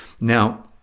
Now